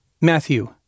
Matthew